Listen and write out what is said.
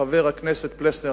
חבר הכנסת פלסנר,